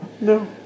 No